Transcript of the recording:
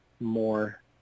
more